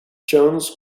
jones